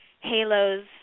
Halos